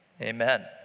amen